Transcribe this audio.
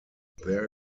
there